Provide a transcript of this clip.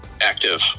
active